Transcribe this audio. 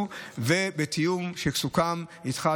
בתיאום שיסוכם איתך,